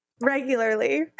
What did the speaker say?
regularly